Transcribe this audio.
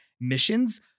missions